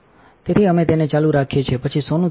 તેથી અમે તેને ચાલુ રાખીએપછીસોનું ત્યાં જ છે